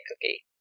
cookie